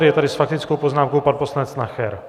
Je tady s faktickou poznámkou pan poslanec Nacher.